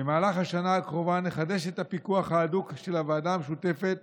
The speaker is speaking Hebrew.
במהלך השנה הקרובה נחדש את הפיקוח ההדוק של הוועדה המשותפת